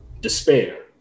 despair